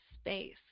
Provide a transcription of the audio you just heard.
space